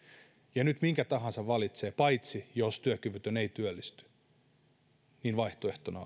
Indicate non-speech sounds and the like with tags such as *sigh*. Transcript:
ja nyt minkä tahansa valitsee paitsi jos työkyvytön työllistyy niin vaihtoehtona *unintelligible*